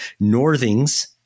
northings